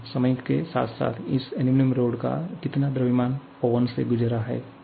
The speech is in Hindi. फिर समय के साथ साथ इस एल्यूमीनियम रॉड का कितना द्रव्यमान ओवन से गुजरा है